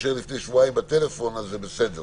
העיר לפני שבועיים בטלפון אז זה בסדר.